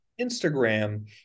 Instagram